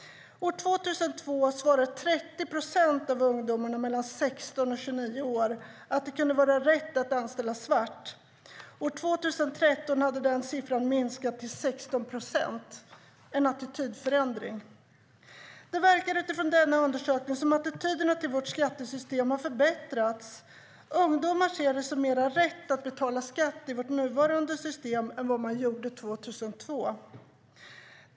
År 2002 svarade 30 procent av ungdomarna mellan 16 och 29 år att det kunde vara rätt att anställa svart. År 2013 hade den siffran minskat till 16 procent - en attitydförändring. Det verkar utifrån denna undersökning som att attityderna till vårt skattesystem har förbättrats. Ungdomar ser det som mer rätt att betala skatt i vårt nuvarande system än de gjorde 2002.